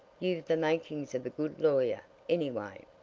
you've the makings of a good lawyer, anyway.